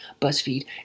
Buzzfeed